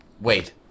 wait